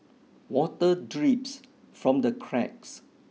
water drips from the cracks